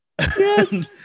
Yes